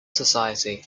society